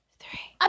three